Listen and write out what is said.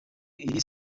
iri